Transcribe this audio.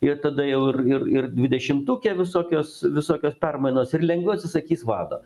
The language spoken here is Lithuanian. ir tada jau ir ir ir dvidešimtuke visokios visokios permainos ir lengviau atsisakys vado